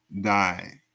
die